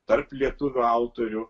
tarp lietuvių autorių